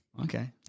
okay